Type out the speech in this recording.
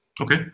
Okay